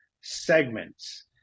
segments